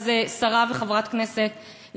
אז שרה וחברת כנסת,